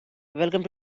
welcome